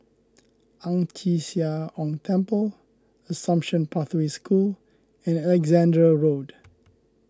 Ang Chee Sia Ong Temple Assumption Pathway School and Alexandra Road